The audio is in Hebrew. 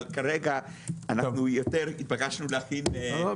אבל כרגע אנחנו יותר התבקשנו להכין --- לא,